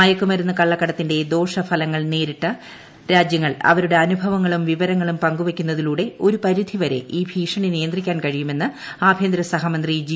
മയക്കുമരുന്ന് കള്ളക്കടത്തിന്റെ ദോഷ ഫലങ്ങൾ നേരിട്ട രാജ്യങ്ങൾ അവരുടെ അനുഭവങ്ങളും വിവരങ്ങളും പങ്ക് വയ്ക്കുന്നതിലൂടെ ഒരു പരിധി വരെ ഈ ഭീഷണി നിയന്ത്രിക്കാൻ കഴിയുമെന്ന് ആഭ്യന്തര സഹമന്ത്രി ജി